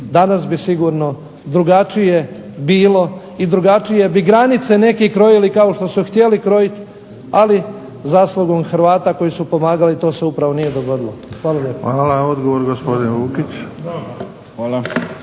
danas bi sigurno drugačije bilo i drugačije bi granice neki krojili kao što su htjeli krojiti, ali zaslugom Hrvata koji su pomagali to se nije dogodilo. Hvala lijepo. **Bebić, Luka